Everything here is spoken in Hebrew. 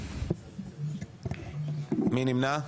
מי נמנע?